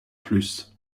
plus